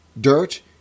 Dirt